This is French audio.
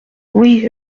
oui